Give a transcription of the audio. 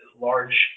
large